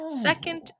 second